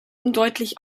undeutlich